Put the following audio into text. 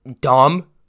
dumb